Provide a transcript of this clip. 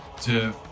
to-